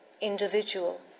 individual